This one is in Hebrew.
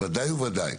ודאי וודאי,